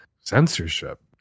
censorship